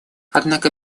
однако